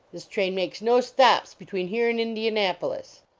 this train makes no stops between here and indianapolis!